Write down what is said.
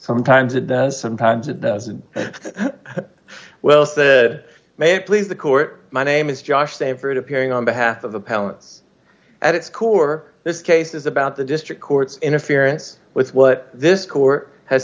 sometimes it does sometimes it doesn't well said may please the court my name is josh savored appearing on behalf of the pellets at its core this case is about the district court's interference with what this court has